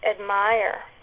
admire